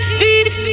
deep